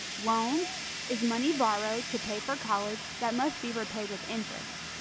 loans is money borrowed to pay for college that must be repaid with interest.